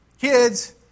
Kids